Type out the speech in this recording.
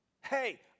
Hey